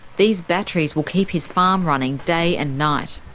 these batteries will keep his farm running day and night.